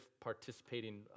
participating